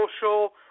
social